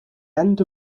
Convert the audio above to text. end